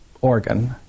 organ